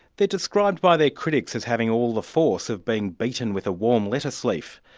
they're described by their critics as having all the force of being beaten with a warm lettuce leaf.